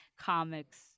comics